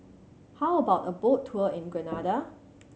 how about a boat tour in Grenada